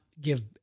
give